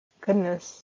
Goodness